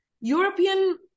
European